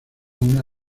una